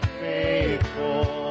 faithful